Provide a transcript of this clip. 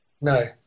No